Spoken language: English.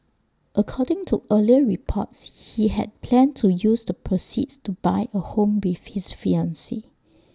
according to earlier reports he had planned to use the proceeds to buy A home with his fiancee